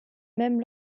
même